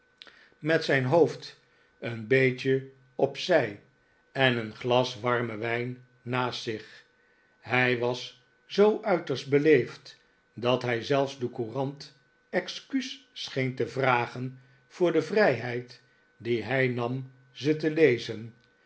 imet zijn hoofd een beetje op zij en een glas warmen wijn naast zich hij was zoo uiterst beleefd dat hij zelfs de courant excuus scheen te vragen voor de vrijheid die hij nam ze te lezen